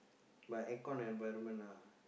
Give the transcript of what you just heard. but aircon environment ah